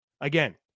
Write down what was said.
Again